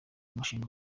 umushinga